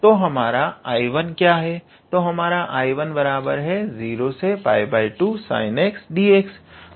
तो हमारा 𝐼1 क्या है तो हमारा 𝐼1है 02sinxdx